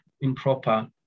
improper